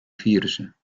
virussen